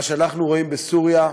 מה שאנחנו רואים בסוריה,